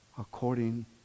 according